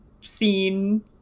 scene